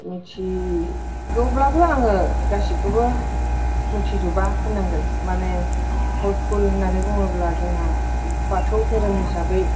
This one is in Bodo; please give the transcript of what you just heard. मिथिगौब्लाबो आङो गासिखौबो मिथिजोबा होननांगोन माने खर खुल होननानै बुङोब्ला जोंहा बाथौ धोरोम हिसाबै